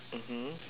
mmhmm